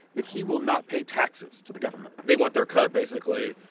that he will not pay taxes to the government they want their cut, basically.